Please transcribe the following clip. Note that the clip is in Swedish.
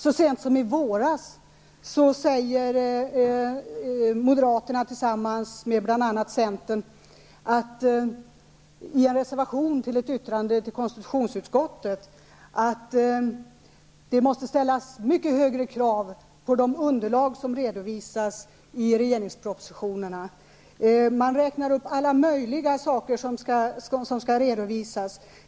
Så sent som i våras sade moderaterna tillsammans med bl.a. centern i en reservation till ett yttrande till konstitutionsutskottet att det måste ställas mycket högre krav på de underlag som redovisas i regeringspropositionerna. Man räknade upp alla möjliga saker som skall redovisas.